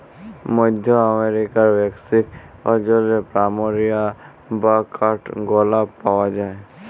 মধ্য আমরিকার মেক্সিক অঞ্চলে প্ল্যামেরিয়া বা কাঠগলাপ পাওয়া যায়